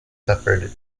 suffered